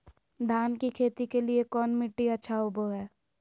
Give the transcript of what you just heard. धान की खेती के लिए कौन मिट्टी अच्छा होबो है?